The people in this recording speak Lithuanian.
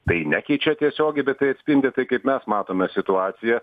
tai nekeičia tiesiogiai bet tai atspindi tai kaip mes matome situaciją